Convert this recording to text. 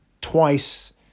twice